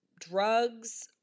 drugs